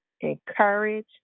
encourage